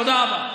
תודה רבה.